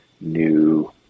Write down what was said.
new